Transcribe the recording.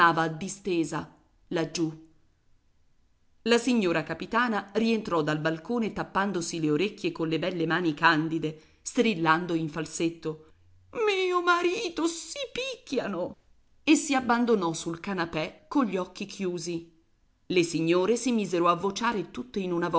distesa laggiù la signora capitana rientrò dal balcone tappandosi le orecchie colle belle mani candide strillando in falsetto mio marito si picchiano e si abbandonò sul canapè cogli occhi chiusi le signore si misero a vociare tutte in una